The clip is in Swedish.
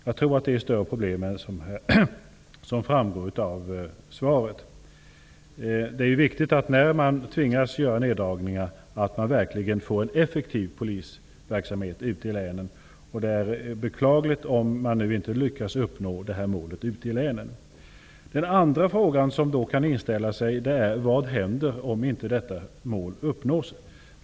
Jag tror att problemen är större än som framgår av svaret. När man tvingas göra neddragningar är det viktigt att polisverksamheten ute i länen verkligen blir effektiv, och det är beklagligt om man nu ute i länen inte lyckas uppnå det målet. Den andra delen av min frågeställning är: Vad händer om inte detta mål uppnås?